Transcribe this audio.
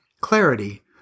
Clarity